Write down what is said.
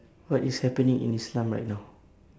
what is happening in islam right now